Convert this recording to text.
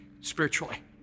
spiritually